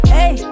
Hey